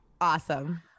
Awesome